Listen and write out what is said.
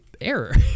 error